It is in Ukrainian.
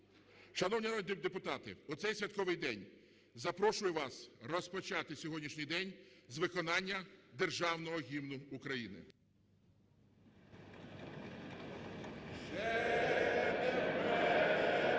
народні депутати, в цей святковий день запрошую вас розпочати сьогоднішній день з виконання Державного Гімну України.